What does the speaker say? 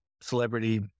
celebrity